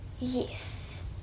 Yes